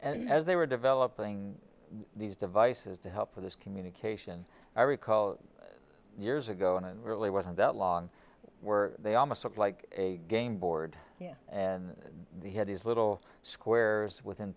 as they were developing these devices to help with this communication i recall years ago and it really wasn't that long were they almost like a game board and they had these little squares with in